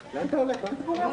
אני מתכבד